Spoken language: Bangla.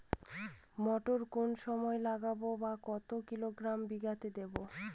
মটর কোন সময় লাগাবো বা কতো কিলোগ্রাম বিঘা দেবো?